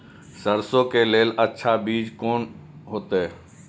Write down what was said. सरसों के लेल अच्छा बीज कोन होते?